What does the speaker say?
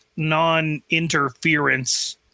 non-interference